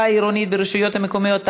העירוניים ברשויות המקומיות (תעבורה),